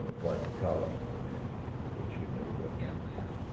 write the column, and which he had never really done before.